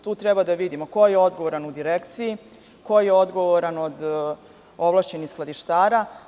Tu treba da vidimo ko je odgovoran u Direkciji, ko je odgovoran od ovlašćenih skladištara.